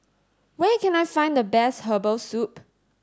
where can I find the best herbal soup